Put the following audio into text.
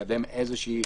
לקדם איזשהו